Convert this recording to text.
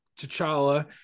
T'Challa